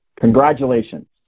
Congratulations